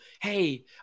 hey